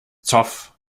zoff